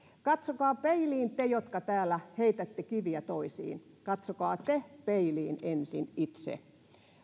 katsokaa peiliin te jotka täällä heitätte kiviä toisiin katsokaa te peiliin ensin itse